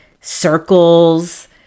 circles